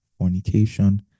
fornication